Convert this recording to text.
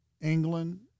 England